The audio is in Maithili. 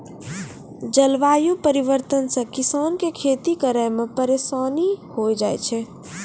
जलवायु परिवर्तन से किसान के खेती करै मे परिसानी होय जाय छै